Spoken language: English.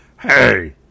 hey